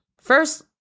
First